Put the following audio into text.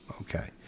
Okay